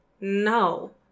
No